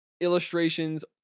illustrations